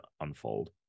unfold